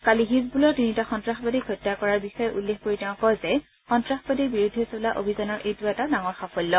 কালি হিজবুলৰ তিনিটা সন্নাসবাদীক হত্যা কৰাৰ বিষয়ে উল্লেখ কৰি তেওঁ কয় যে সন্তাসবাদীৰ বিৰুদ্ধে চলোৱা অভিযানৰ এইটো এটা ডাঙৰ সাফল্য